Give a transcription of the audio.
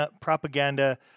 propaganda